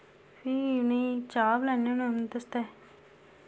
फ्ही उ'नेंई चाह् पलैने होन्ने उं'दे आस्तै